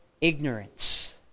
ignorance